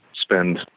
spend